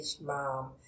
mom